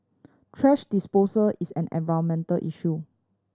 thrash disposal is an environmental issue